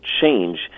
change